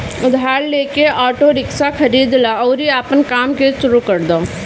उधार लेके auto rickshaw खरीद लअ अउरी आपन काम के शुरू कर दअ